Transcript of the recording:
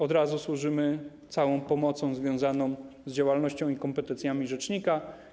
Od razu służymy całą pomocą związaną z działalnością i kompetencjami rzecznika.